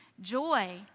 joy